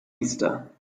easter